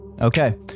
Okay